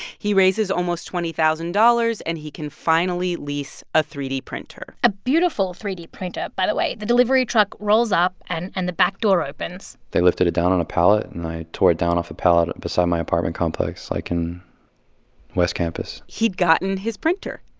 he raises almost twenty thousand dollars, and he can finally lease a three d printer a beautiful three d printer, by the way. the delivery truck rolls up, and and the back door opens they lifted it down on a pallet. and i tore it down off a pallet beside my apartment complex, like, in west campus he'd gotten his printer.